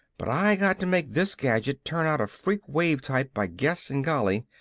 but i got to make this gadget turn out a freak wave-type by guess and golly.